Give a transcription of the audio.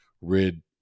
rid